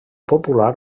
popular